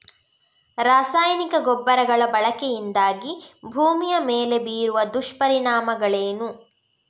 ರಾಸಾಯನಿಕ ಗೊಬ್ಬರಗಳ ಬಳಕೆಯಿಂದಾಗಿ ಭೂಮಿಯ ಮೇಲೆ ಬೀರುವ ದುಷ್ಪರಿಣಾಮಗಳೇನು?